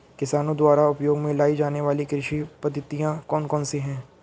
किसानों द्वारा उपयोग में लाई जाने वाली कृषि पद्धतियाँ कौन कौन सी हैं?